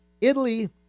Italy